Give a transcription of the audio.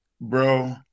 bro